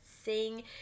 sing